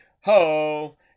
Ho